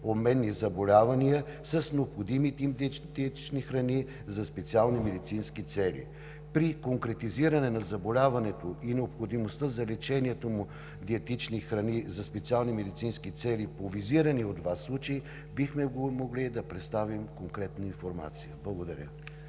обменни заболявания с необходимите им диетични храни за специални медицински цели. При конкретизиране на заболяването и необходимостта за лечението му с диетични храни за специални медицински цели по визирания от Вас случай бихме могли да представим конкретна информация. Благодаря.